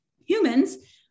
humans